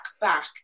back